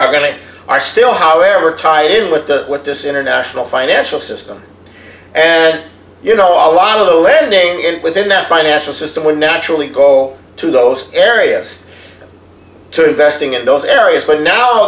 are going to are still however tied in with the what this international financial system you know a lot of the lending and within the financial system would naturally go to those areas to investing in those areas but now